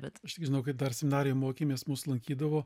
bet aš tik žinau kad dar seminarijoj mokėmės mus lankydavo